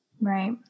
Right